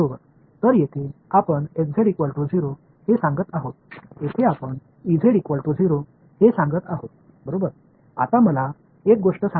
மாணவர் சரிதானே இங்கே நாம் சொல்கிறோம் இங்கே என்று சொல்கிறோம்